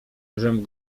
żem